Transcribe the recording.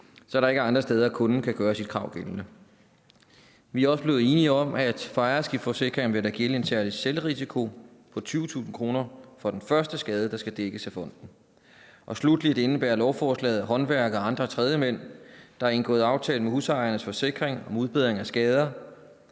så der ikke er andre steder, hvor kunden kan gøre krav gældende. Vi er også blevet enige om, at for ejerskifteforsikringer vil der gælde en særlig selvrisiko på 20.000 kr. for den første skade, der skal dækkes af fonden. Og sluttelig indebærer lovforslaget, at håndværkere og andre tredjemænd, der har indgået aftale med Husejernes Forsikring om udbedring af skader,